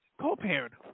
co-parent